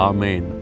Amen